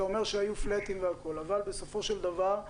אתה אומר שהיו flat-ים אבל בסופו של דבר,